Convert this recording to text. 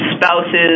spouses